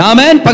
Amen